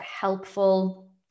helpful